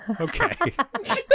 Okay